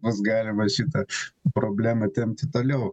bus galima šitą problemą tempti toliau